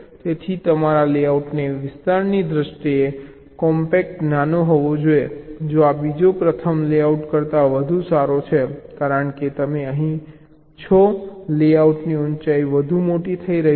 તેથી તમારા લેઆઉટને વિસ્તારની દૃષ્ટિએ કોમ્પેક્ટ નાનો હોવો જોઈએ જો આ બીજો પ્રથમ લેઆઉટ કરતાં વધુ સારો છે કારણ કે તમે અહીં છો લેઆઉટની ઊંચાઈ વધુ મોટી થઈ રહી હતી